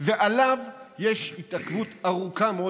ועליו יש התעכבות ארוכה מאוד,